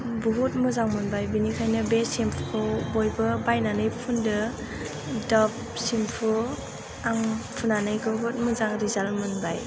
बुहुद मोजां मोनबाय बिनिखायनो बे शेम्फुखौ बयबो बायनानै फुन्दो डाब शेम्फु आं फुनानै बहुद मोजां रिजाल्ट मोनबाय